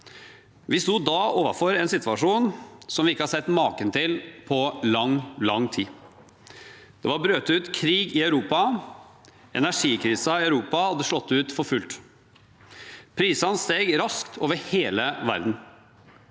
Vi sto da overfor en situasjon som vi ikke har sett maken til på lang, lang tid. Det var brutt ut krig i Europa, energikrisen i Europa hadde slått ut for fullt, og prisene steg raskt over hele verden.